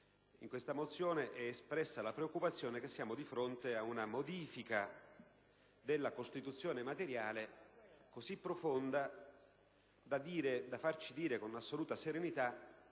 Si esprime infatti la preoccupazione che siamo di fronte a una modifica della Costituzione materiale così profonda da farci ritenere, con assoluta serenità,